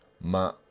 Ma